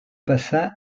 passa